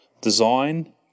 design